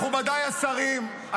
מכובדיי השרים,